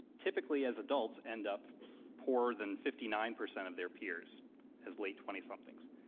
typically, as adults, end up poorer than fifty nine percent of their peers as late twenty somethings.